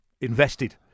invested